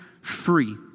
free